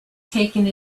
taking